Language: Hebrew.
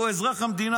הוא אזרח המדינה.